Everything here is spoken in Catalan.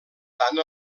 tant